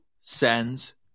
sends